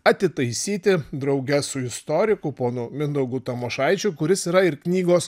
atitaisyti drauge su istoriku ponu mindaugu tamošaičiu kuris yra ir knygos